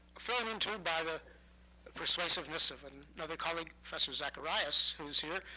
fell into by the persuasiveness of and another colleague, professor zacharias, who is here.